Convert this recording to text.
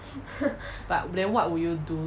but then what would you do